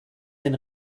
den